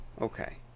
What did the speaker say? Okay